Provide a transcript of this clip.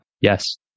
Yes